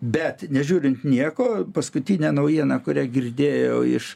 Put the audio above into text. bet nežiūrint nieko paskutinė naujiena kurią girdėjau iš